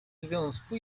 związku